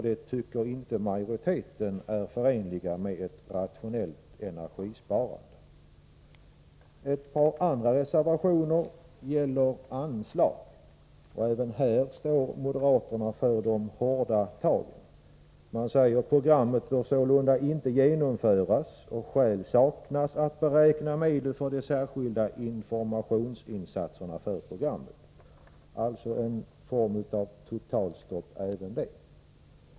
Det tycker inte majoriteten är förenligt med ett rationellt energisparande. Ett par andra reservationer gäller anslag. Även här står moderaterna för de hårda tagen. Man skriver: ”Programmet bör sålunda inte genomföras, och skäl saknas att beräkna medel för de särskilda informationsinsatserna för programmet.” Det är alltså fråga om en form av totalstopp även här.